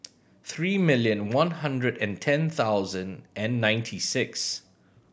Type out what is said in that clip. three million one hundred and ten thousand and ninety six